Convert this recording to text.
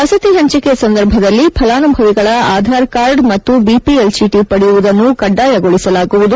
ವಸತಿ ಹಂಚಿಕೆ ಸಂದರ್ಭದಲ್ಲಿ ಫಲಾನುಭವಿಗಳ ಆಧಾರ್ ಕಾರ್ಡ್ ಮತ್ತು ಬಿಪಿಎಲ್ ಚೀಟಿ ಪಡೆಯುವುದನ್ನು ಕಡ್ಡಾಯಗೊಳಿಸಲಾಗುದು